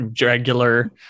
regular